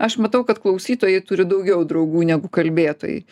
aš matau kad klausytojai turi daugiau draugų negu kalbėtojai